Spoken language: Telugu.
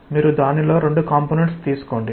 మీరు దానిలో రెండు కాంపొనెంట్స్ తీసుకోండి